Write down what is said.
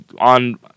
on